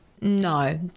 No